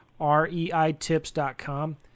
REITips.com